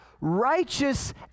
righteous